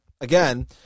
again